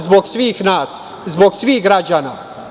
Zbog svih nas, zbog svih građana.